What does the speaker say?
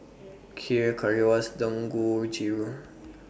Kheer Currywurst Dangojiru